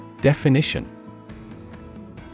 Definition